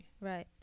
Right